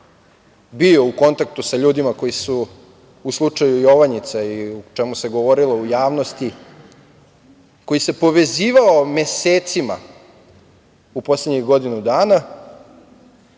bio u kontaktu sa ljudima koji su u slučaju "Jovanjica", o čemu se govorilo u javnosti, koji se povezivao mesecima u poslednjih godinu dana,